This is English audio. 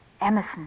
Emerson